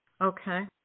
okay